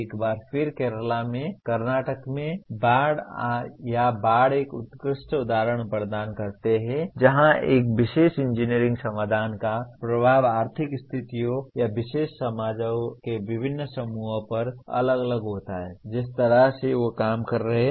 एक बार फिर केरला में कर्नाटक में बाढ़ या बाढ़ एक उत्कृष्ट उदाहरण प्रदान करते हैं जहां एक विशेष इंजीनियरिंग समाधान का प्रभाव आर्थिक स्थितियों या विशेष समाजों के विभिन्न समूहों पर अलग अलग होता है जिस तरह से वे काम कर रहे हैं